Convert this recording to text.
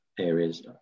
areas